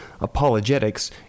Apologetics